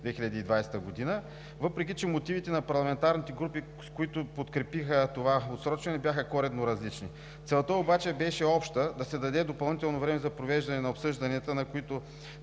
2020 г., въпреки че мотивите на парламентарните групи, които подкрепиха това отсрочване, бяха коренно различни. Целта обаче беше обща – да се даде допълнително време за провеждане на обсъжданията, на които